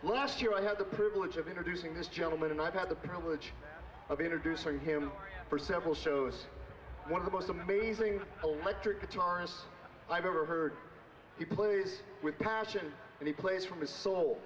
last year i had the privilege of introducing this gentleman and i've had the privilege of introducing him for several shows one of the most amazing electric guitars i've ever heard he plays with passion and he plays for my soul